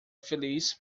feliz